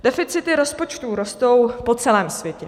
Deficity rozpočtů rostou po celém světě.